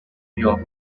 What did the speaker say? york